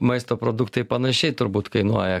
maisto produktai panašiai turbūt kainuoja